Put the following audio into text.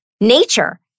nature